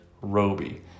Roby